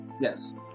Yes